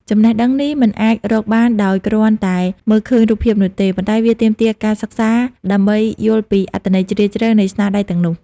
ចំណេះដឹងនេះមិនអាចរកបានដោយគ្រាន់តែមើលឃើញរូបភាពនោះទេ ប៉ុន្តែវាទាមទារការសិក្សាដើម្បីយល់ពីអត្ថន័យជ្រាលជ្រៅនៃស្នាដៃទាំងនោះ។